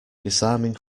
disarming